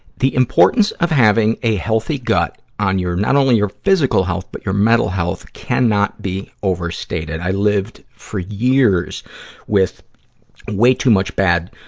the importance of having a healthy gut on your not only your physical health, but your mental health cannot be overstated. i lived for years with way too much bad,